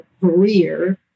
career